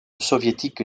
soviétique